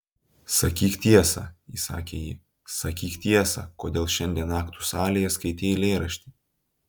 sakyk tiesą įsakė ji sakyk tiesą kodėl šiandien aktų salėje skaitei eilėraštį